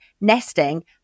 nesting